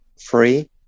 free